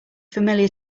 familiar